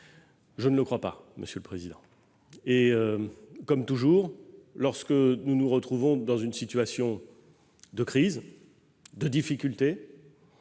Je ne le crois pas, monsieur le président Marseille. Comme toujours, lorsque nous nous retrouvons dans une situation de crise, de difficultés,